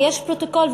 ויש פרוטוקול,